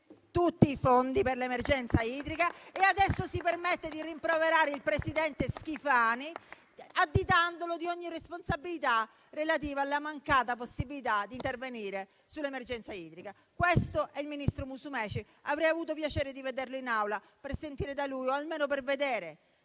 tutti i fondi per l'emergenza idrica e adesso si permette di rimproverare il presidente Schifani, additandogli ogni responsabilità relativa alla mancata possibilità di intervenire sull'emergenza idrica. Questo è il Ministro Musumeci, che avrei avuto il piacere di vedere in Aula almeno per sapere